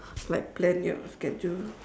like plan your schedule